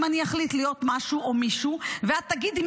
אני אחליט להיות משהו או מישהו ואת תגידי,